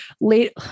late